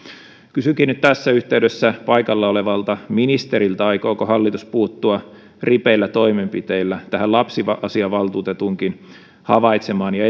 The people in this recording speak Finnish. kysynkin tässä yhteydessä paikalla olevalta ministeriltä aikooko hallitus puuttua ripeillä toimenpiteillä tähän lapsiasiavaltuutetunkin havaitsemaan ja